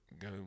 go